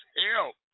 help